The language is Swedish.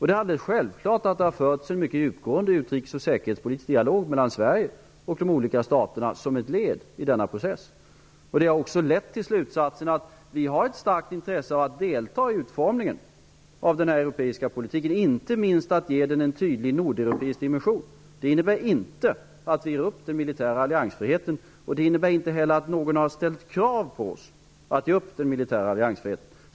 Det är alldeles självklart att det har förts en mycket djupgående utrikes och säkerhetspolitisk dialog mellan Sverige och de olika staterna som ett led i denna process. Det har också lett till slutsatserna att vi har ett starkt intresse av att delta i utformningen av den europeiska politiken, inte minst att ge den en tydlig nordeuropeisk dimension. Det innebär inte att vi ger upp den militära alliansfriheten. Det innebär inte heller att någon har ställt krav på oss att ge upp den militära alliansfriheten.